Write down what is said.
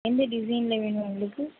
எந்த டிசைனில் வேணும் உங்களுக்கு